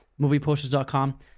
movieposters.com